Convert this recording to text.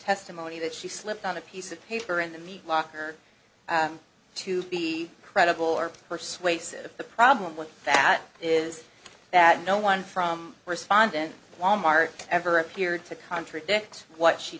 testimony that she slipped on a piece of paper in the meat locker and to be credible or persuasive the problem with that is that no one from respondent wal mart ever appeared to contradict what she